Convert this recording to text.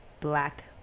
black